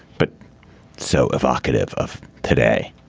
but so evocative of today